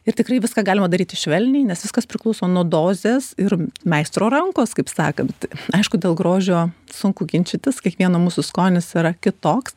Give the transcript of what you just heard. ir tikrai viską galima daryti švelniai nes viskas priklauso nuo dozės ir meistro rankos kaip sakant aišku dėl grožio sunku ginčytis kiekvieno mūsų skonis yra kitoks